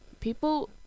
people